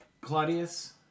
Claudius